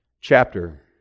chapter